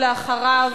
ואחריו,